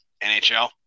NHL